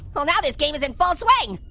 oh, now this game is in full swing!